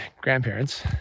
grandparents